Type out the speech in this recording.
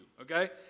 okay